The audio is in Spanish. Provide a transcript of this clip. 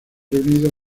reunidos